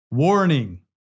Warning